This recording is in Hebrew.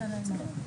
(2)